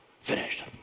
finished